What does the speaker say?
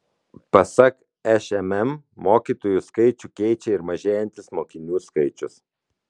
pasak šmm mokytojų skaičių keičia ir mažėjantis mokinių skaičius